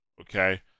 Okay